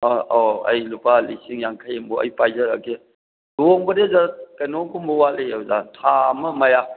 ꯑꯣ ꯑꯣ ꯑꯩ ꯂꯨꯄꯥ ꯂꯤꯁꯤꯡ ꯌꯥꯡꯈꯩꯃꯨꯛ ꯑꯩ ꯄꯥꯏꯖꯔꯒꯦ ꯂꯨꯍꯣꯡꯕꯗꯤ ꯑꯣꯖꯥ ꯀꯩꯅꯣꯒꯨꯝꯕ ꯋꯥꯠꯂꯤ ꯑꯣꯖꯥ ꯊꯥ ꯑꯃ ꯃꯌꯥ